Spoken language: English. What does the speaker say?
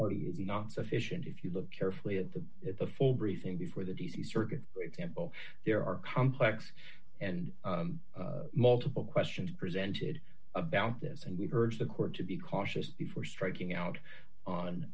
did not sufficient if you look carefully at the at the full briefing before the d c circuit for example there are complex and multiple questions presented about this and we urge the court to be cautious before striking out on